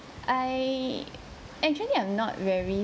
I actually I'm not very